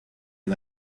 hay